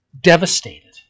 devastated